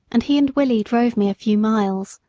and he and willie drove me a few miles.